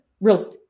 real